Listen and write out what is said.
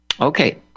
Okay